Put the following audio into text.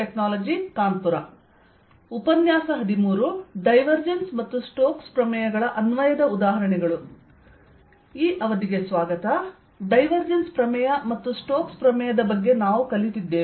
divergence ಮತ್ತು Stoke ನ ಪ್ರಮೇಯಗಳ ಅನ್ವಯದ ಉದಾಹರಣೆಗಳು ಡೈವರ್ಜೆನ್ಸ್ ಪ್ರಮೇಯ ಮತ್ತು ಸ್ಟೋಕ್ನ ಪ್ರಮೇಯದ ಬಗ್ಗೆ ನಾವು ಕಲಿತಿದ್ದೇವೆ